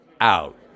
out